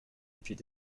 depuis